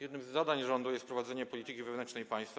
Jednym z zadań rządu jest prowadzenie polityki wewnętrznej państwa.